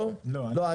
לא?